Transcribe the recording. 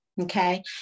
Okay